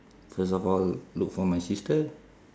first of all look for my sister